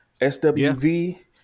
SWV